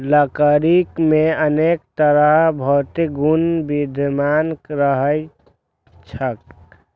लकड़ी मे अनेक तरहक भौतिक गुण विद्यमान रहैत छैक